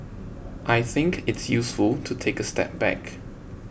I think it's useful to take a step back